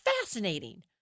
fascinating